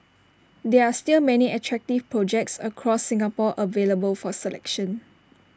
there are still many attractive projects across Singapore available for selection